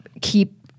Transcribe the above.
keep